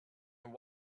and